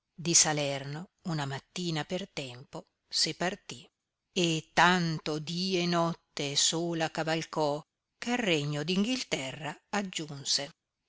di salerno una mattina per tempo se partì e tanto dì e notte sola cavalcò eh al regno d inghilterra aggiunse